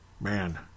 Man